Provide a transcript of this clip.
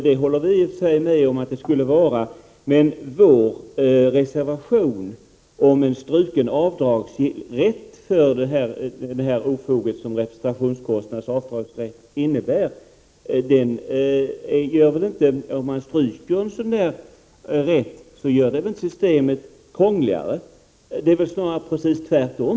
Det håller vi i och för sig med om, men systemet blir väl inte krångligare om ofoget med avdragsrätt för representationskostnader avskaffas, som vi föreslår i vår reservation. Det är snarare precis tvärtom.